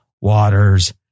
waters